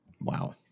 Wow